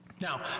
Now